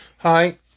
Hi